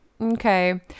okay